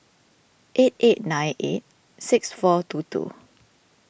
eight eight nine eight six four two two